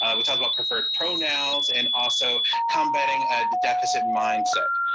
ah we talked about preferred pronouns and also combating a deficit mindset.